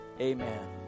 amen